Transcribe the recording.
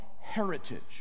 heritage